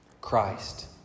Christ